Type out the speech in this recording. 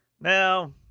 Now